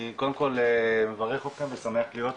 אני קודם כל מברך אתכם ושמח להיות פה,